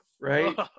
right